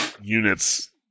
units